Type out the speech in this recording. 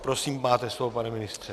Prosím, máte slovo, pane ministře.